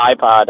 iPod